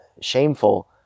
shameful